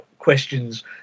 Questions